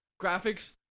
graphics